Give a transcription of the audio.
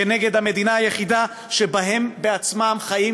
כנגד המדינה היחידה שבה הם עצמם חיים